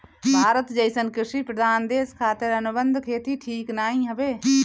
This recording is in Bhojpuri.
भारत जइसन कृषि प्रधान देश खातिर अनुबंध खेती ठीक नाइ हवे